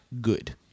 good